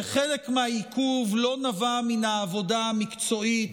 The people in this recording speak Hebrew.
שחלק מהעיכוב לא נבע מן העבודה המקצועית